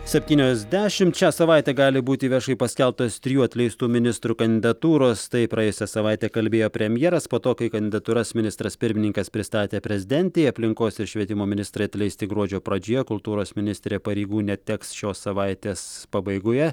septynios dešimt šią savaitę gali būti viešai paskelbtos trijų atleistų ministrų kandidatūros tai praėjusią savaitę kalbėjo premjeras po to kai kandidatūras ministras pirmininkas pristatė prezidentei aplinkos ir švietimo ministrai atleisti gruodžio pradžioje kultūros ministrė pareigų neteks šios savaitės pabaigoje